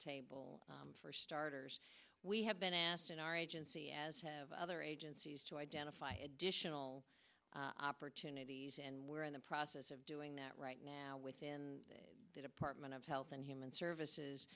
table for starters we have been asked in our agency as have other agencies to identify additional opportunities and we're in the process of doing that right now within the department of health and human services